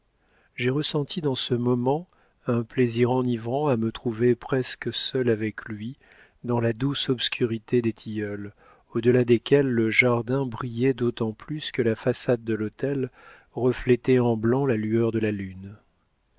j'ai ressenti dans ce moment un plaisir enivrant à me trouver presque seule avec lui dans la douce obscurité des tilleuls au delà desquels le jardin brillait d'autant plus que la façade de l'hôtel reflétait en blanc la lueur de la lune